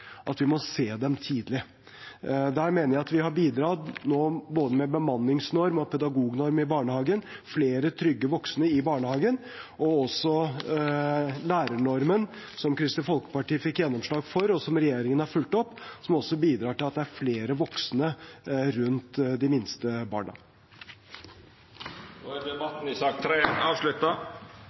vi se dem tidlig. Der mener jeg vi har bidratt med både bemanningsnorm og pedagognorm i barnehager – flere trygge voksne i barnehagen, og også lærernormen, som Kristelig Folkeparti fikk gjennomslag for, og som regjeringen har fulgt opp, som også bidrar til at det er flere voksne rundt de minste barna. Då er debatten i sak nr. 3 avslutta.